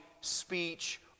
speech